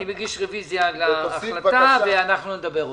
אני מגיש רביזיה על ההחלטה ואנחנו נדבר.